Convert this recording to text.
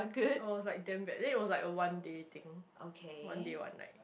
I was like damn bad then it was like a one day thing one day one night